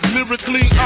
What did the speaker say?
Lyrically